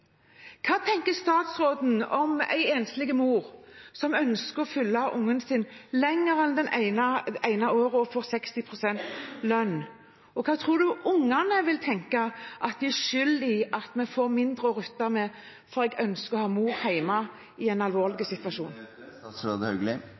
Hva tenker statsråden om en enslig mor som ønsker å følge ungen sin lenger enn det ene året, og får 66 pst. lønn, og hva tror hun ungene vil tenke om å være skyld i at man får mindre å rutte med, fordi de ønsker å ha mor hjemme i en alvorlig